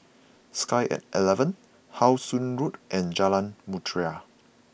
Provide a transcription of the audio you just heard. Sky at eleven How Sun Road and Jalan Mutiara